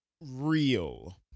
Real